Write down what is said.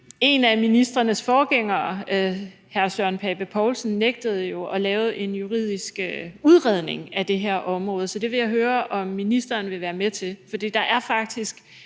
En af ministerens forgængere, hr. Søren Pape Poulsen, nægtede jo at lave en juridisk udredning af det her område, så det vil jeg høre om ministeren vil være med til. For der er faktisk